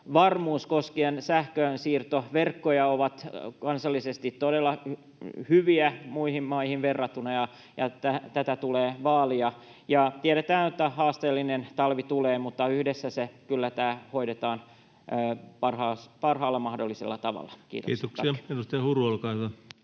huoltovarmuus koskien sähkönsiirtoverkkoja. Ne ovat kansallisesti todella hyviä muihin maihin verrattuna, ja tätä tulee vaalia, ja tiedetään, että haasteellinen talvi tulee, mutta yhdessä se kyllä hoidetaan parhaalla mahdollisella tavalla. — Kiitoksia, tack.